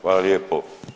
Hvala lijepo.